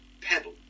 Pebble